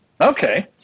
Okay